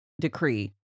decree